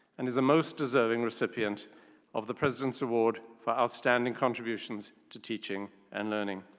and is a most deserving recipient of the president's award for outstanding contributions to teaching and learning.